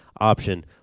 option